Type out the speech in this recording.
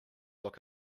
look